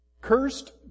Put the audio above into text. cursed